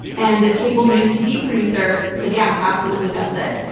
and the cable news tv producer said, yeah, absolutely. that's it.